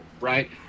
right